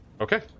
Okay